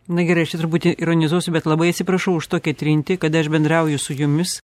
na gerai aš čia truputį ironizuosiu bet labai atsiprašau už tokią trinti kada aš bendrauju su jumis